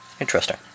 Interesting